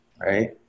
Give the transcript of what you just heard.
right